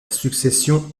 succession